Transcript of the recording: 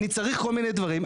אני צריך כל מיני דברים,